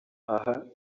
aha